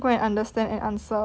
go and understand and answer